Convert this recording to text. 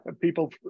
People